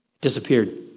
Disappeared